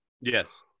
yes